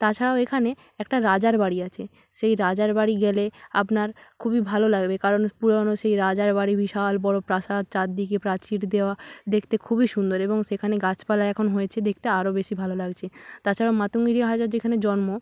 তাছাড়াও এখানে একটা রাজার বাড়ি আছে সেই রাজার বাড়ি গেলে আপনার খুবই ভালো লাগবে কারণ পুরোনো সেই রাজার বাড়ি বিশাল বড়ো প্রাসাদ চারদিকে প্রাচীর দেওয়া দেখতে খুবই সুন্দর এবং সেখানে গাছপালা এখন হয়েছে দেখতে আরও বেশি ভালো লাগছে তাছাড়াও মাতঙ্গিনী হাজরার যেখানে জন্ম